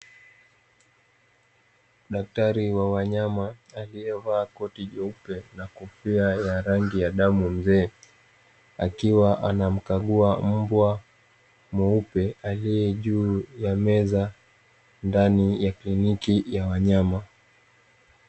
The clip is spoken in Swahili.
Daktari wa wanyama aliyevaa koti jeupe na kofia ya rangi ya damu ya mzee, akiwa anamkagua mbwa mweupe aliye juu ya meza ndani ya kliniki ya wanyama.